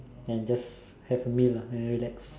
and just have a meal lah and then relax